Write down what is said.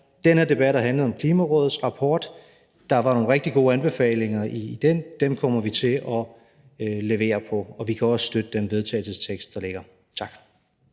Den her debat har handlet om Klimarådets rapport. Der var nogle rigtig gode anbefalinger i den. Den kommer vi til at levere på, og vi kan også støtte den vedtagelsestekst, der foreligger. Tak.